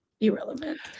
Irrelevant